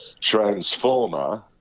Transformer